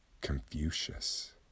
confucius